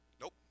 Nope